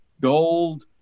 gold